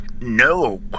No